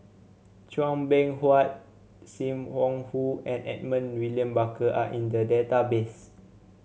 Chua Beng Huat Sim Wong Hoo and Edmund William Barker are in the database